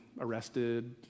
arrested